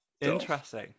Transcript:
Interesting